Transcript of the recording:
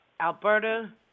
Alberta